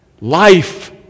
life